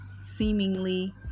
seemingly